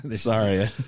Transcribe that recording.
Sorry